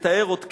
מתאר עוד קטע.